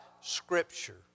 Scripture